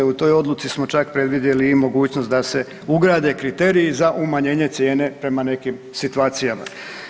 U toj odluci smo čak predvidjeli i mogućnost da se ugrade kriteriji za umanjenje cijene prema nekim situacijama.